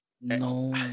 no